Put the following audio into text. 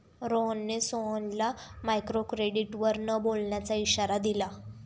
रोहनने सोहनला मायक्रोक्रेडिटवर न बोलण्याचा इशारा दिला